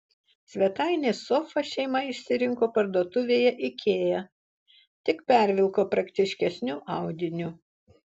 svetainės sofą šeima išsirinko parduotuvėje ikea tik pervilko praktiškesniu audiniu